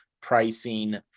pricing